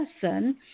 person